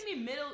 Middle